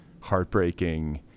heartbreaking